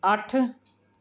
ਅੱਠ